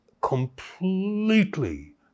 completely